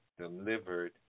delivered